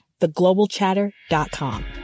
theglobalchatter.com